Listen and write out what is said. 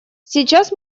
сейчас